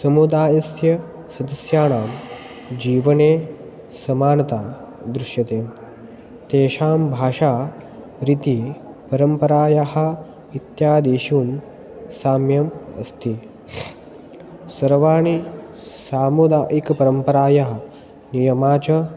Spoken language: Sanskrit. समुदायस्य सदस्यानां जीवने समानता दृश्यते तेषां भाषा रीतिः परम्परायाः इत्यादिषु साम्यम् अस्ति सर्वाणि सामुदायिकपरम्परायाः नियमाः च